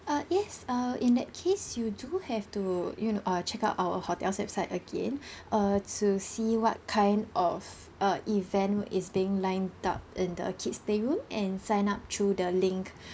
uh yes uh in that case you do have to you know uh check out our hotel's website again uh to see what kind of uh event is being lined up in the kid's playroom and sign up through the link